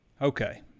Okay